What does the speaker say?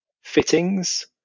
fittings